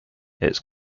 its